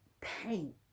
pain